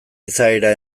izaera